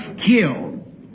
killed